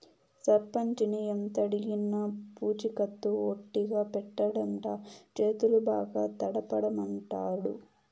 సర్పంచిని ఎంతడిగినా పూచికత్తు ఒట్టిగా పెట్టడంట, చేతులు బాగా తడపమంటాండాడు